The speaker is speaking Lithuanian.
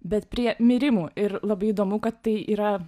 bet prie mirimų ir labai įdomu kad tai yra